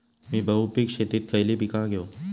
मी बहुपिक शेतीत खयली पीका घेव?